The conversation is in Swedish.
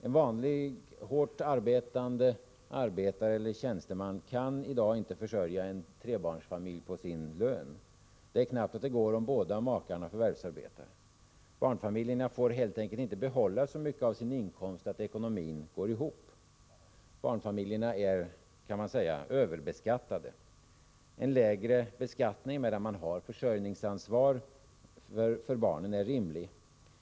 En vanlig, hårt arbetande arbetare eller tjänsteman kan i dag inte försörja en trebarnsfamilj på sin lön. Det är knappt att det går om båda makarna förvärvsarbetar. Barnfamiljerna får helt enkelt inte behålla så mycket av sin inkomst att ekonomin går ihop. Barnfamiljerna är, kan man säga, överbeskattade. En lägre beskattning när de har ansvar för barnens försörjning är rimlig.